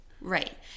Right